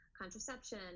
contraception